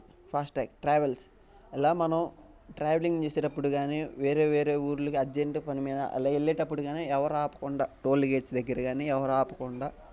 fast track travels ఇలా మనం travelling చేసేటప్పుడు కానీ వేరే వేరే ఊర్లకి అర్జెంట్ పని మీద అలా వెళ్ళేటప్పుడు కానీ ఎవరూ ఆపకుండా టోల్ గేట్స్ దగ్గర కానీ ఎవరు ఆపకుండా